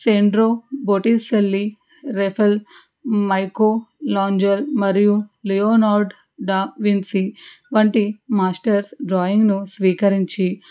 ఫెన్డ్రో Botticelli Raphael Michelangelo మరియు Leonardo da Vinci వంటి masters డ్రాయింగ్ను స్వీకరించి